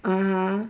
ah